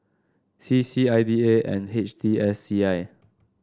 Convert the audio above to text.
C C I D A and H T I C I